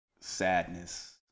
sadness